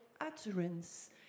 utterance